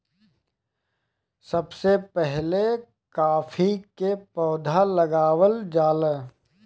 सबसे पहिले काफी के पौधा लगावल जाला